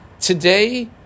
today